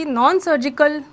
non-surgical